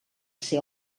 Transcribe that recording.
ser